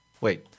Wait